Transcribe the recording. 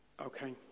Okay